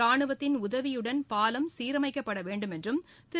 ரானுவத்தின் உதவியுடன் பாலம் சீரமைக்கப்பட வேண்டும் என்றும் திரு